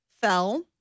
fell